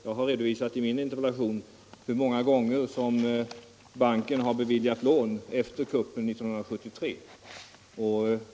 Jag har i min interpellation redovisat hur många gånger som banken har beviljat lån efter kuppen 1973.